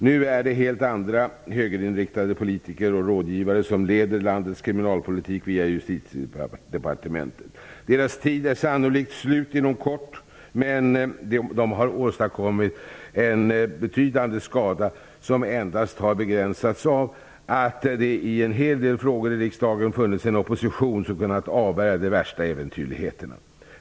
Nu är det helt andra högerinriktade politiker och rådgivare som leder landets kriminalpolitik via Justitiedepartementet. Deras tid är sannolikt slut inom kort, men de har åstadkommit en betydande skada, som endast har begränsats av att det i en hel del frågor i riksdagen funnits en opposition som har kunnat avvärja de värsta äventyrligheterna.